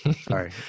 Sorry